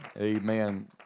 amen